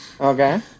okay